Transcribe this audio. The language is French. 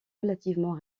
relativement